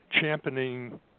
championing